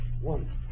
One